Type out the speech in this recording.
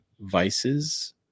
vices